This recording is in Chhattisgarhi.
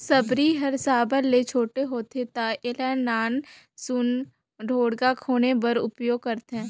सबरी हर साबर ले छोटे होथे ता एला नान सुन ढोड़गा खने बर उपियोग करथे